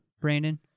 Brandon